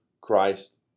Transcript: Christ